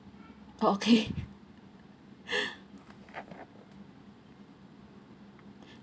okay